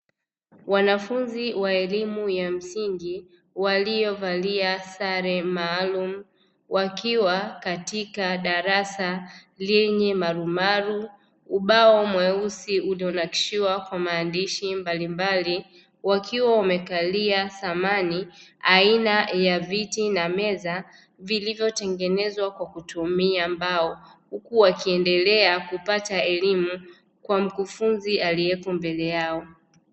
Wanafunzi wa elimu ya msingi waliovalia sare maalumu wakiwa katika darasa lenye marumaru, ubao mweusi ulionakishwa kwa maandishi mbalimbali wakiwa wamekalia samani aina ya viti na meza vilivyotengenezwa kwa kutumia mbao, huku wakiendelea kupata elimu kwa mkufunzi aliyepombele yao.